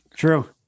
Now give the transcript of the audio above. True